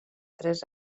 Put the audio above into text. tres